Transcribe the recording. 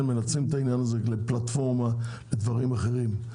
מנצלים את העניין הזה כפלטפורמה לדברים אחרים.